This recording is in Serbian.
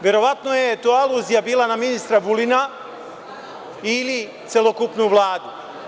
Verovatno je to aluzija bila na ministra Vulina ili celokupnu Vladu.